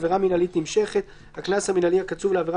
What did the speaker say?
עבירה מינהלית נמשכת 6. הקנס המינהלי הקצוב לעבירה